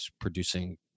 producing